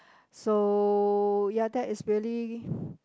so ya that is really